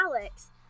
Alex